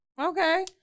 Okay